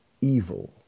evil